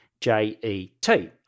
J-E-T